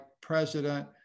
president